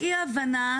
את צריכה לבחור,